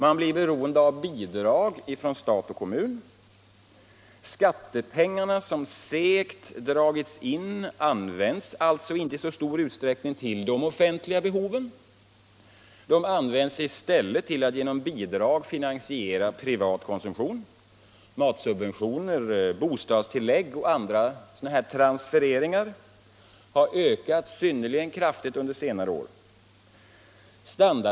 Man blir beroende av bidrag från stat och kommun. Skattepengarna, som segt dragits in, används alltså inte i så stor utsträckning till de offentliga behoven. De används i stället till att genom bidrag finansiera privat konsumtion. Matsubventioner, bostadstillägg och andra §. k. transfereringar har ökat synnerligen kraftigt under senare år.